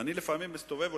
לפעמים אני מסתובב,